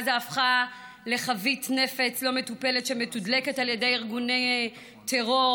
עזה הפכה לחבית נפץ לא מטופלת שמתודלקת על ידי ארגוני טרור,